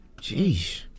Jeez